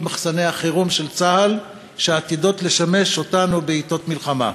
מחסני החירום של צה"ל שעתידות לשמש אותנו בעתות מלחמה.